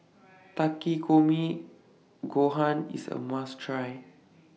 Takikomi Gohan IS A must Try